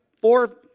four